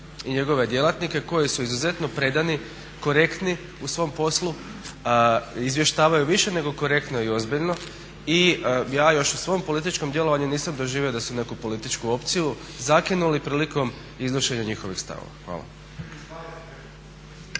i njegove djelatnike koji su izuzetno predani, korektni u svom poslu, izvještavaju više nego korektno i ozbiljno i ja još u svom političkom djelovanju nisam doživio da su neku političku opciju zakinuli prilikom iznošenja njihovih stavova. Hvala.